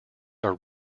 are